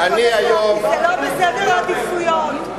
כי זה לא בסדר העדיפויות.